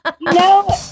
No